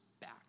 back